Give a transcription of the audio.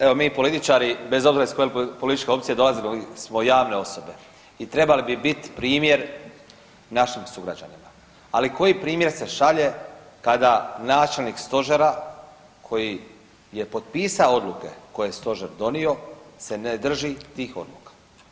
Evo, mi političari bez obzira iz koje političke opcije dolazimo smo javne osobe i trebali bi biti primjer našim sugrađanima, ali koji primjer se šalje kada načelnik Stožera koji je potpisao odluke koje je Stožer donio se ne drži tih odluka?